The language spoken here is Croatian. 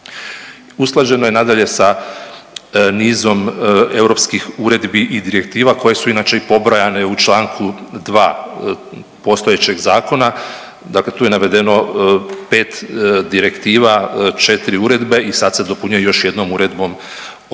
Usklađeno je nadalje sa nizom europskih uredbi i direktiva koje su inače i pobrojane u Članku 2. postojećeg zakona. Dakle, tu je navedeno 5 direktiva, 4 uredbe i sad se dopunjuje još jednom uredbom o